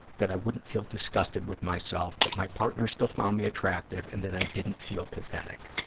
that i wouldn't feel disgusted with myself, that my partner still found me attractive and that i didn't feel pathetic.